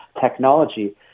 technology